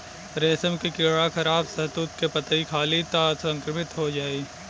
रेशम के कीड़ा खराब शहतूत के पतइ खाली त संक्रमित हो जाई